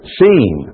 seen